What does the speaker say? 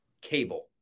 Cable